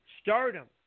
Stardom